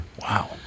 Wow